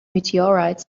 meteorites